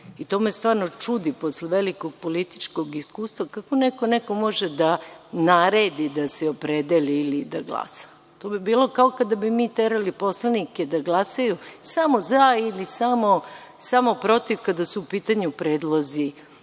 To me stvarno čudi posle velikog političkog iskustva. Kako neko može da naredi da se opredeli ili da glasa. To bi bilo kao kada mi terali poslanike da glasaju samo za ili samo protiv kada su u pitanju predlozi